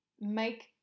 make